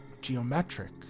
geometric